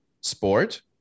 sport